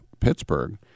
pittsburgh